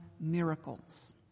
miracles